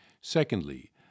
Secondly